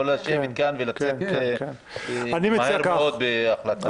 לא לשבת כאן ולצאת מהר מאוד עם החלטה.